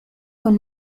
con